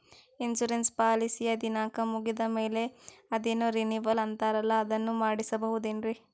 Insurance ಪಾಲಿಸಿಯ ದಿನಾಂಕ ಮುಗಿದ ಮೇಲೆ ಅದೇನೋ ರಿನೀವಲ್ ಅಂತಾರಲ್ಲ ಅದನ್ನು ಮಾಡಿಸಬಹುದೇನ್ರಿ?